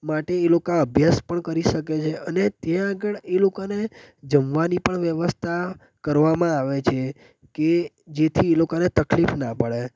માટે એ લોકા અભ્યાસ પણ કરી શકે છે અને ત્યાં આગળ એ લોકોને જમવાની પણ વ્યવસ્થા કરવામાં આવે છે કે જેથી એ લોકોને તકલીફ ના પડે